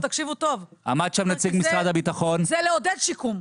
תקשיבו טוב, זה לעודד שיקום.